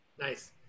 Nice